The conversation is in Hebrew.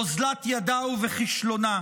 באוזלת ידע ובכישלונה.